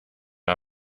der